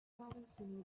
robinson